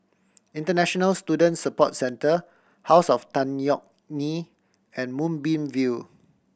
International Student Support Centre House of Tan Yeok Nee and Moonbeam View